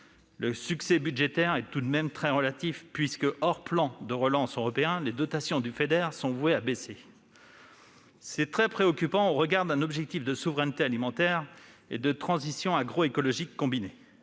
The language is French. Le succès budgétaire est tout de même très relatif, puisque, hors plan de relance européen, les dotations du Feader sont vouées à baisser. C'est très préoccupant au regard d'un objectif combiné de souveraineté alimentaire et de transition agroécologique. Certaines